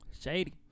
Shady